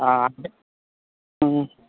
ఆ